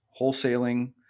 wholesaling